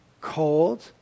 cold